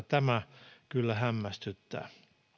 tämä kyllä hämmästyttää